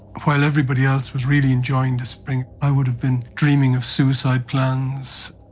while everybody else was really enjoying the spring, i would have been dreaming of suicide plans.